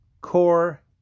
core